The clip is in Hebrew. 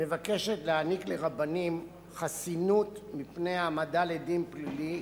מבקשת להעניק לרבנים חסינות מפני העמדה לדין פלילי